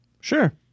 Sure